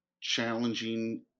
challenging